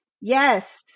Yes